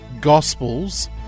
Gospels